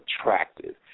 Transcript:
attractive